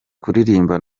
kuririmba